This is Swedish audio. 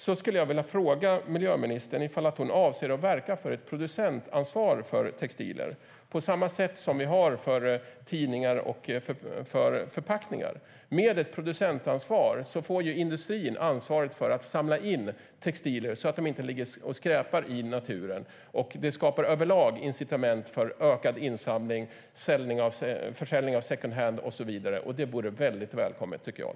Jag skulle vilja fråga miljöministern om hon avser att verka för ett producentansvar för textilier, på samma sätt som för tidningar och förpackningar. Med ett producentansvar får ju industrin ansvaret för att samla in textilier så att de inte ligger och skräpar i naturen. Det skapar överlag incitament för ökad insamling, försäljning av second hand och så vidare. Det vore väldigt välkommet, tycker jag.